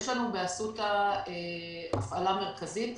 יש לנו באסותא הפעלה מרכזית,